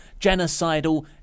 genocidal